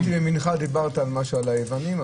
כשהייתי במנחה דיברת משהו על היוונים.